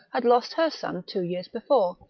had lost her son two years before,